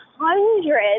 hundreds